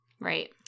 Right